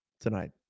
tonight